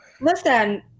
Listen